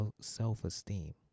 self-esteem